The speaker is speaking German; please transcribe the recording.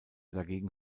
dagegen